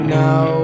now